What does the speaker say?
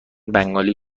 بنگالی